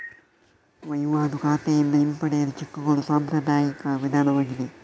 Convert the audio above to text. ವಹಿವಾಟು ಖಾತೆಯಿಂದ ಹಿಂಪಡೆಯಲು ಚೆಕ್ಕುಗಳು ಸಾಂಪ್ರದಾಯಿಕ ವಿಧಾನವಾಗಿದೆ